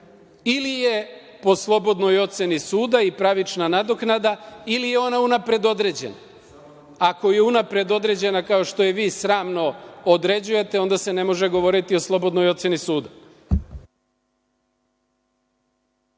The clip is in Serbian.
Ili je po slobodnoj oceni suda i pravična nadoknada ili je ona unapred određena. Ako je unapred određena, kao što je vi sramno određujete, onda se ne može govoriti o slobodnoj oceni suda.